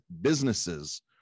businesses